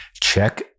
Check